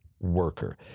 Worker